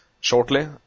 shortly